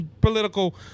political